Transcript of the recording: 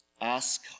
Ask